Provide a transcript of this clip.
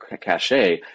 cachet